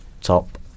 top